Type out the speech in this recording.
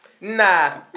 Nah